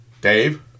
Dave